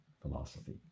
philosophy